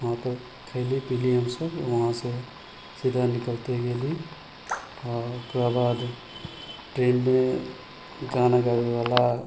वहाँपर खएली पिएली हमसब वहाँसँ सीधा निकलते गेली आओर ओकरा बाद ट्रेनमे गाना गाबैवला